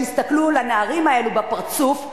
שיסתכלו לנערים האלה בפרצוף,